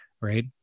right